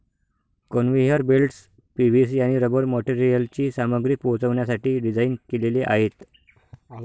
conveyor belts PVC आणि rubber मटेरियलची सामग्री पोहोचवण्यासाठी डिझाइन केलेले आहेत